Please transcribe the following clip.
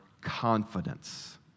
confidence